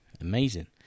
amazing